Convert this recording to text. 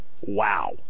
Wow